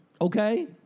Okay